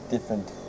Different